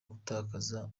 gutakaza